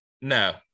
No